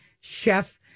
chef